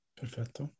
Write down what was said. perfetto